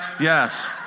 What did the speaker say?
Yes